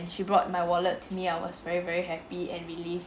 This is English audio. she brought my wallet to me I was very very happy and relieved